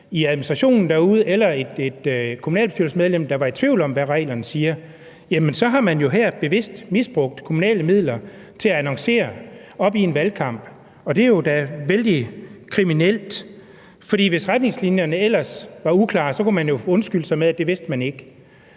i administrationen eller noget kommunalbestyrelsesmedlem derude, der var i tvivl om, hvad reglerne siger, og så har man jo her bevidst misbrugt kommunale midler til at annoncere i en valgkamp, og det er jo da vældig kriminelt. For hvis retningslinjerne ellers var uklare, kunne man undskylde sig med, at det vidste man ikke.